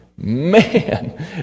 Man